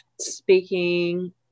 speaking